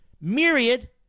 myriad